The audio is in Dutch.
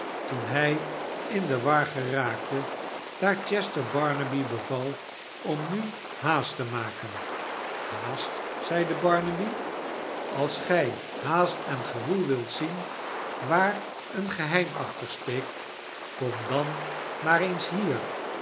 toen hij in de war geraakte daar chester barnaby beval om nu haast te maken haast zeide barnaby als gij haast en gewoel wilt zien waar een geheim achter steekt kom dan maar eens hier